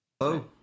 Hello